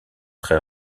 très